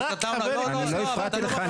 אני לא הפרעתי לך.